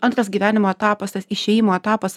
antras gyvenimo etapas tas išėjimo etapas